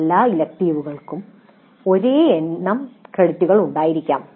എല്ലാ ഇലക്ടീവുകൾക്കും ഒരേ എണ്ണം ക്രെഡിറ്റുകൾ ഉണ്ടായിരിക്കാം